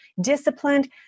disciplined